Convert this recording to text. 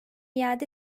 iade